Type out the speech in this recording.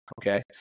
Okay